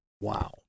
Wow